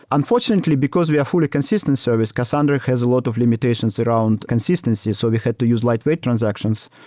unfortunately, because we are a fully consistent service, cassandra has a lot of limitations around consistencies. so we had to use lightweight transactions,